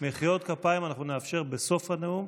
מחיאות כפיים אנחנו נאפשר בסוף הנאום,